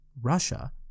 Russia